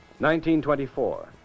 1924